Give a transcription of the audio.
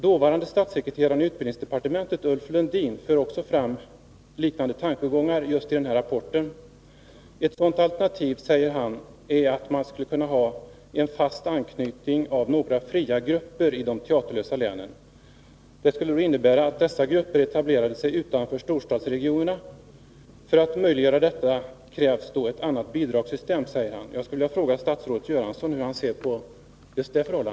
Dåvarande statssekreteraren i utbildningsdepartementet, Ulf Lundin, för fram liknande tankegångar i samma rapport. Ett sådant alternativ, säger han, är att man skulle kunna ha en fast anknytning av några fria grupper i de teaterlösa länen. Det skulle innebära att dessa grupper etablerade sig utanför storstadsregionerna. För att möjliggöra detta krävs ett annat bidragssystem, säger Ulf Lundin vidare. Jag skulle därför vilja fråga statsrådet Göransson hur han ser på just detta.